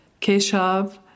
Keshav